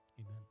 Amen